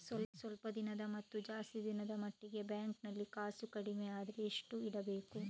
ಸ್ವಲ್ಪ ದಿನದ ಮತ್ತು ಜಾಸ್ತಿ ದಿನದ ಮಟ್ಟಿಗೆ ಬ್ಯಾಂಕ್ ನಲ್ಲಿ ಕಾಸು ಕಡಿಮೆ ಅಂದ್ರೆ ಎಷ್ಟು ಇಡಬೇಕು?